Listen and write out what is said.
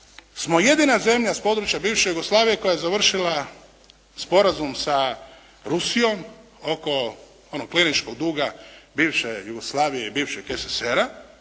smo jedina zemlja s područja bivše Jugoslavije koja je završila sporazum sa Rusijom oko onog kliničkog duga bivše Jugoslavije i bivšeg SSSR-a